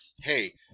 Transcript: hey